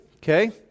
Okay